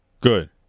good